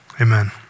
amen